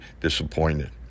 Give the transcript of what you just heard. disappointed